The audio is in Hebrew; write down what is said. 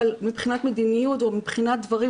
אבל מבחינת מדיניות או מבחינת דברים